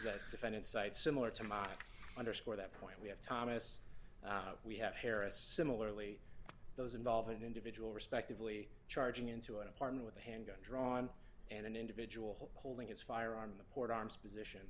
that defendants cite similar to my underscore that point we have thomas we have harris similarly those involved an individual respectively charging into an apartment with a handgun drawn and an individual holding his firearm in the port arms position